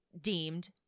deemed